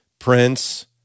Prince